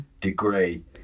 degree